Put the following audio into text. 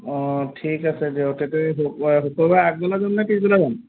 অঁ ঠিক আছে দিয়ক তেতিয়া এই শুক্ৰবাৰে আগবেলা যাম নে পিছবেলা যাম